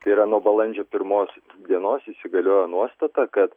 tai yra nuo balandžio pirmos dienos įsigalioja nuostata kad